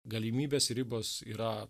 galimybės ribos yra